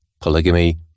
polygamy